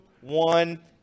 one